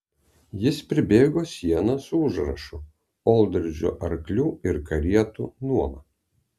jis pribėgo sieną su užrašu oldridžo arklių ir karietų nuoma